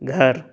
घर